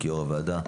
כיו"ר הוועדה,